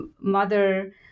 mother